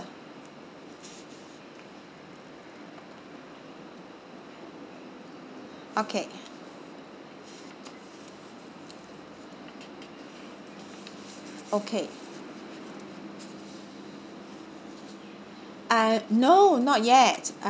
okay okay uh no not yet